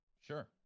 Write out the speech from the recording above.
Sure